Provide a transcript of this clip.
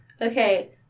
Okay